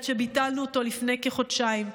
עד שביטלנו אותו לפני כחודשיים.